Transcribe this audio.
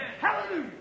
Hallelujah